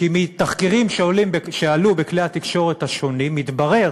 כי מתחקירים שעשו כלי התקשורת השונים מתברר